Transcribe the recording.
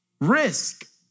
risk